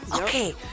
Okay